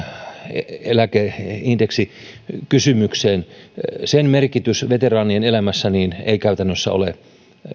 eläkeindeksikysymykseen sen merkitys veteraanien elämässä ei käytännössä ole